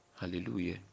Hallelujah